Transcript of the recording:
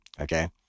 okay